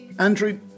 Andrew